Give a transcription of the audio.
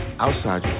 outside